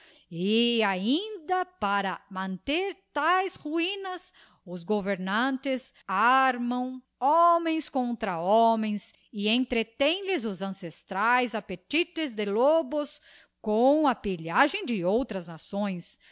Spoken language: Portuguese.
ainda para manter taes ruinas os governantes armam homens contra homens e entretém lhes os ancestraes appetites de lobos com a pilhagem de outras nações